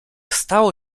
stało